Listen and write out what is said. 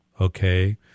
okay